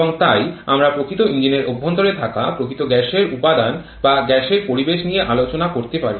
এবং তাই আমরা প্রকৃত ইঞ্জিনের অভ্যন্তরে থাকা প্রকৃত গ্যাসের উপাদান বা গ্যাসের পরিবেশ নিয়ে আলোচনা করতে পারি